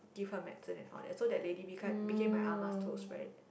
give her medicine and all that so that lady become became my ah ma close friend